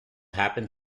happen